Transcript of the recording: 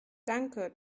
danke